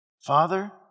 Father